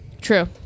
True